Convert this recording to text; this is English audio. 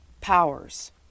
Powers